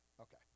Okay